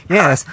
Yes